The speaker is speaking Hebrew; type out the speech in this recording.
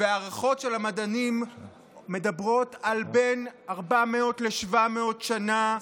וההערכות של המדענים מדברות על בין 400 ל-700 שנה,